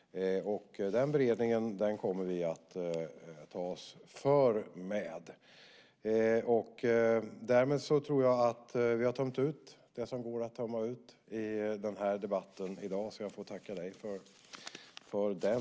Den beredningen kommer vi att ta oss för med. Därmed tror jag att vi har tömt ut det som går att tömma ur den här debatten i dag, så jag får tacka dig för den.